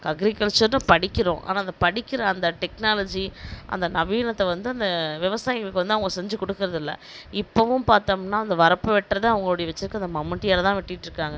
அக்ரிகல்ச்சர்னு படிக்கிறோம் ஆனா அது படிக்கிற அந்த டெக்னாலஜி அந்த நவீனத்தை வந்து அந்த விவசாயிகளுக்கு வந்து அவங்க செஞ்சு கொடுக்கறதில்ல இப்போவும் பார்த்தம்னா அந்த வரப்பை வெட்டுறது அவங்களோட வச்சுருக்க அந்த மம்முட்டியால்தான் வெட்டிட்டிருக்காங்க